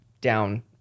down